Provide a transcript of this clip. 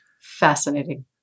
Fascinating